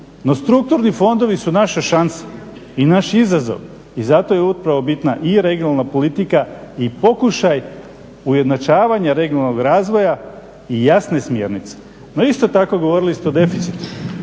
strukturni fondovi su naša šansa i naš izazov i zato je upravo bitna i regionalna politika i pokušaj ujednačavanja regionalnog razvoja i jasne smjernice. No isto tako govorili ste o deficitu.